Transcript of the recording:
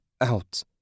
out